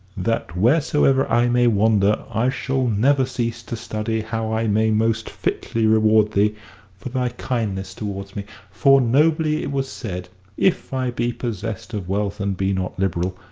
that wheresoever i may wander, i shall never cease to study how i may most fitly reward thee for thy kindness towards me. for nobly it was said if i be possessed of wealth and be not liberal,